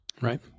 Right